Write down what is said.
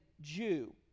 Jew